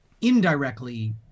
indirectly